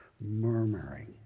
murmuring